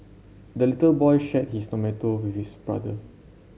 the little boy shared his tomato with his brother